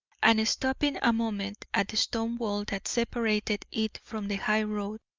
and stopping a moment at the stone wall that separated it from the high-road,